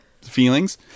feelings